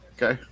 Okay